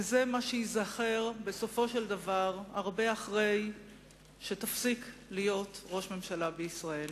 וזה מה שייזכר בסופו של דבר הרבה אחרי שתפסיק להיות ראש ממשלה בישראל.